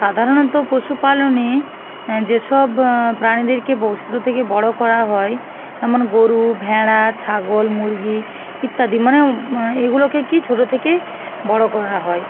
সাধারণত পশুপালনে যেসব প্রাণীদেরকে ছোট থেকে বড়ো করা হয় যেমন গরু ভেড়া ছাগল মুরগি ইত্যাদি মানে এগুলোকে কী ছোটো থেকে বড়ো করা হয়